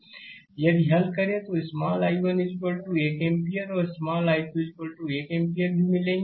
slide समय देखें 1143 यदि हल करें तो स्मॉल I1 एक एम्पीयर और स्मॉल I2 1 एम्पियर भी मिलेंगे